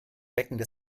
becken